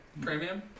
Premium